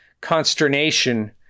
consternation